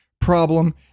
problem